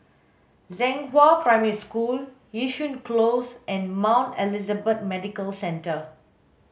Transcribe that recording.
Zhenghua Primary School Yishun Close and Mount Elizabeth Medical Centre